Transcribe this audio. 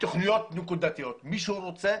בתוכניות נקודתיות מי שרוצה,